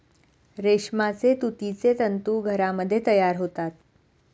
रेशमाचे तुतीचे तंतू घरामध्ये तयार होतात